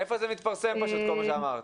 איפה מתפרסם כל מה שאמרת?